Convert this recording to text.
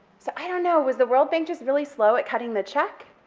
so i don't know, was the world bank just really slow at cutting the check,